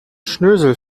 schnösel